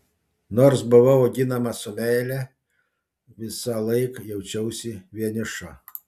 nors buvau auginama su meile visąlaik jaučiausi vieniša